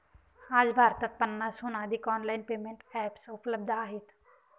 आज भारतात पन्नासहून अधिक ऑनलाइन पेमेंट एप्स उपलब्ध आहेत